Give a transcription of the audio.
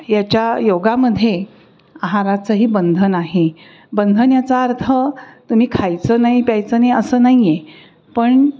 याच्या योगामध्ये आहाराचंही बंधन आहे बंधन याचा अर्थ तुम्ही खायचं नाही प्यायचं नाही असं नाही आहे पण